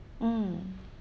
mm